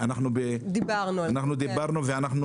דיברנו על זה ואנחנו